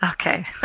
Okay